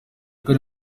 kane